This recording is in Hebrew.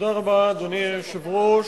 אדוני היושב-ראש,